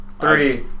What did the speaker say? Three